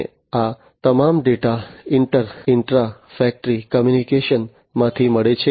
અને આ તમામ ડેટા ઇન્ટર ઇન્ટ્રા ફેક્ટરી કોમ્યુનિકેશનમાંથી મળે છે